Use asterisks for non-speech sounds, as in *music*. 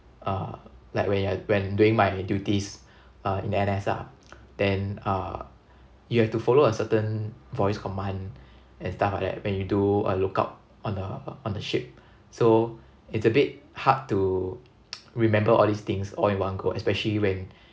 uh like when you're when doing my duties uh in N_S ah then uh you have to follow a certain voice command and stuff like that when you do a lookout on a on a ship so it's a bit hard to *noise* remember all these things all in one go especially when